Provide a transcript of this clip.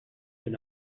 d’un